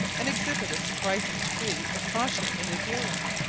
and exhibit a surprising degree of caution in their dealings.